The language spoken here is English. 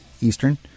Eastern